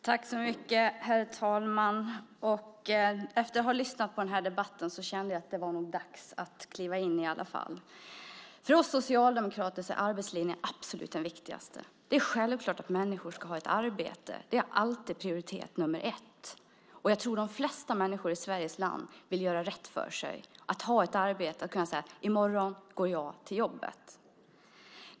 Herr talman! Efter att ha lyssnat på den här debatten kände jag att det var dags att kliva in. För oss socialdemokrater är arbetslinjen den absolut viktigaste. Det är självklart att människor ska ha ett arbete. Det är alltid prioritet nummer ett. Jag tror att de flesta människor i Sveriges land vill göra rätt för sig. Man vill ha ett arbete och kunna säga: I morgon går jag till jobbet.